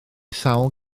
sawl